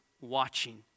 watching